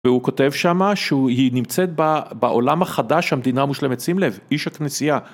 והוא כותב שם שהיא נמצאת בעולם החדש המדינה מושלמת שים לב איש הכנסייה.